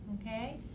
Okay